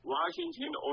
Washington